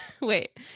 Wait